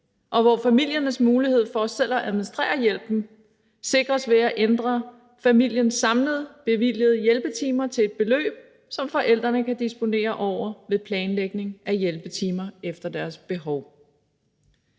hvor familiernes mulighed for selv at administrere hjælpen sikres ved at ændre familiens samlede bevilgede hjælpetimer til et beløb, som forældrene kan disponere over ved planlægning af hjælpetimer efter deres behov.